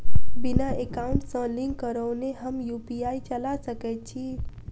बिना एकाउंट सँ लिंक करौने हम यु.पी.आई चला सकैत छी?